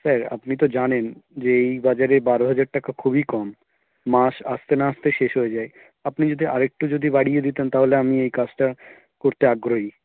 sir আপনি তো জানেন যে এই বাজারে বারো হাজার টাকা খুবই কম মাস আসতে না আসতে শেষ হয়ে যায় আপনি যদি আর একটু যদি বাড়িয়ে দিতেন তাহলে আমি এই কাজটা করতে আগ্রহী